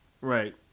Right